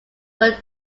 were